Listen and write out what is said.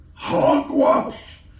Hogwash